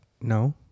No